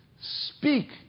speak